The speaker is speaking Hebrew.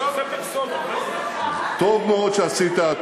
טוב מאוד שעשית,